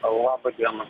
laba diena